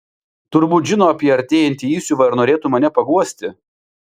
turbūt žino apie artėjantį įsiuvą ir norėtų mane paguosti